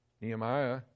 nehemiah